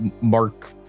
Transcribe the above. Mark